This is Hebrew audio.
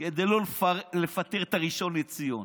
כדי לא לפטר את הראשון לציון.